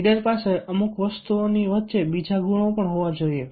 leader પાસે અમુક વસ્તુઓની વચ્ચે બીજા ગુણો પણ હોવા જોઈએ